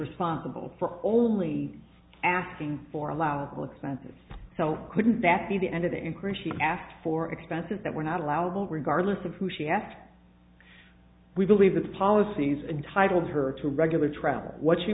responsible for only asking for allowable expenses so couldn't that be the end of the increase she asked for expenses that were not allowed well regardless of who she asked we believe the policies entitled her to regular travel or what she